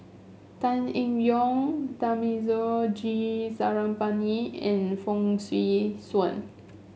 Tan Eng Yoon Thamizhavel G Sarangapani and Fong Swee Suan